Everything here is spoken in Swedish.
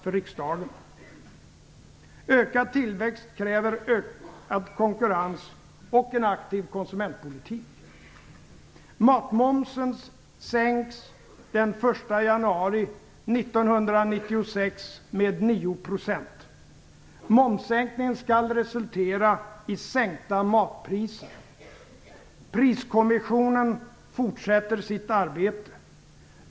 Ökad tillväxt kräver ökad konkurrens och en aktiv konsumentpolitik. Momssänkningen skall resultera i sänkta matpriser. Priskommissionen fortsätter sitt arbete.